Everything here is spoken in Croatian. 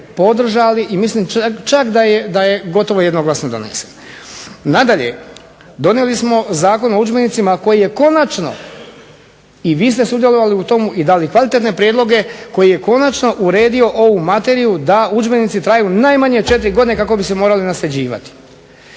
podržali i mislim čak da je gotovo jednoglasno donesen. Nadalje, donijeli smo Zakon o udžbenicima koji je konačno i vi ste sudjelovali u tome i dali kvalitetne prijedloge koji je konačno uredio ovu materiju da udžbenici traju najmanje 4 godine kako bi se mogli nasljeđivati.